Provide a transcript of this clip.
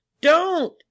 Don't